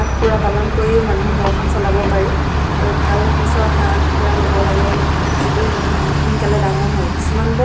ত' মই অকলে ইমানখিনি কাম কৰিব পৰা নাছিলোঁ তাৰপিছত মোৰ ঘৰৰ ওচৰৰ ভণ্টি কেইজনীমান সিহঁতে